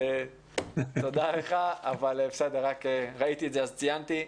תודה לך, ראיתי את זה אז ציינתי.